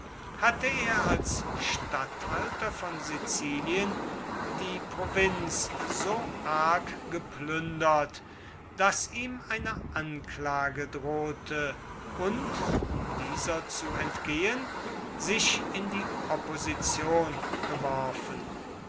hatte er als statthalter von sizilien die provinz so arg geplündert daß ihm eine anklage drohte und um dieser zu entgehen sich in die opposition geworfen